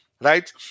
right